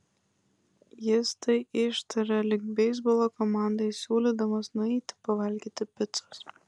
jis tai ištarė lyg beisbolo komandai siūlydamas nueiti pavalgyti picos